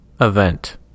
event